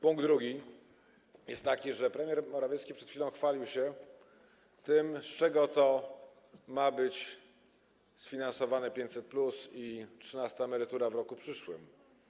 Punkt drugi jest taki, że premier Morawiecki przed chwilą chwalił się tym, z czego ma być sfinansowane 500+ i trzynasta emerytura w roku przyszłym.